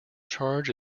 charge